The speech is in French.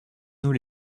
nous